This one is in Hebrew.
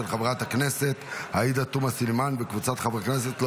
של חברת הכנסת עאידה תומא סלימאן וקבוצת חברי כנסת,